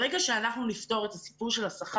ברגע שאנחנו נפתור את הסיפור של השכר